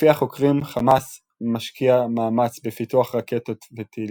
לפי החוקרים חאמס משקיע מאמץ בפיתוח רקטות וטילים,